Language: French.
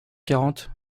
quarante